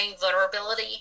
vulnerability